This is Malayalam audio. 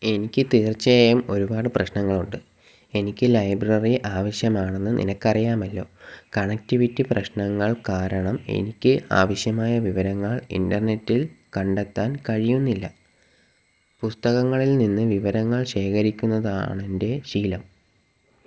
എനിക്ക് തീർച്ചയായും ഒരുപാട് പ്രശ്നങ്ങളുണ്ട് എനിക്ക് ലൈബ്രറി ആവശ്യമാണെന്ന് നിനക്കറിയാമല്ലോ കണക്റ്റിവിറ്റി പ്രശ്നങ്ങൾ കാരണം എനിക്ക് ആവശ്യമായ വിവരങ്ങൾ ഇന്റർനെറ്റിൽ കണ്ടെത്താൻ കഴിയുന്നില്ല പുസ്തകങ്ങളിൽ നിന്ന് വിവരങ്ങൾ ശേഖരിക്കുന്നതാണെന്റെ ശീലം